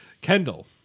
Kendall